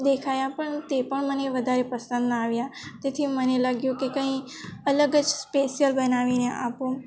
દેખાયા પણ તે પણ મને વધારે પસંદ ના આવ્યા તેથી મને લાગ્યું કે કંઈ અલગ જ સ્પેશિયલ બનાવીને આપું